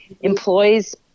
employs